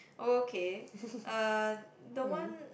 oh K uh the one